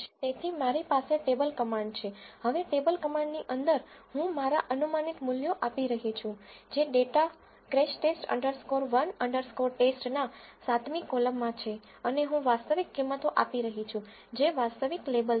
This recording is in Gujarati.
તેથી મારી પાસે ટેબલ કમાન્ડ છે હવે ટેબલ કમાન્ડની અંદર હું મારા અનુમાનિત મૂલ્યો આપી રહી છું જે data crash test underscore 1 underscore ટેસ્ટcrashTest 1 TESTના 7 મી કોલમમાં છે અને હું વાસ્તવિક કિંમતો આપી રહી છું જે વાસ્તવિક લેબલ છે